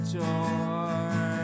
door